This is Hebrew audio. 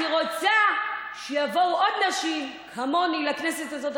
אני רוצה שיבואו עוד נשים כמוני לכנסת הזאת,